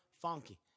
funky